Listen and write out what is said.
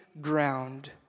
ground